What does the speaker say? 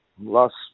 last